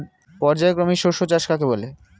পর্যায়ক্রমিক শস্য চাষ কাকে বলে?